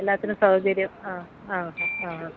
എല്ലാത്തിനും സൗകര്യം ആ ആ ആ ആ